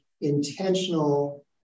intentional